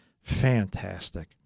Fantastic